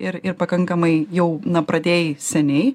ir ir pakankamai jau na pradėjai seniai